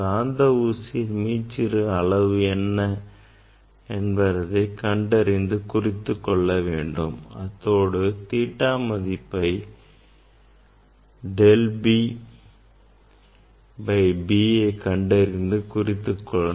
காந்த ஊசியில் மீச்சிறு அளவு என்ன என குறித்துக் கொள்ள வேண்டும் அத்தோடு theta மதிப்பை del B by B பயன்படுத்தி கண்டறியலாம்